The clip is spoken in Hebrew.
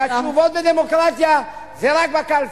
כי התשובות בדמוקרטיה זה רק בקלפי.